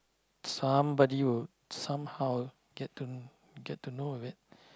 somebody would somehow get to know get to know of it